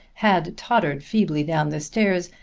had tottered feebly down the stairs,